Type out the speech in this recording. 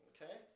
Okay